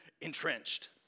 entrenched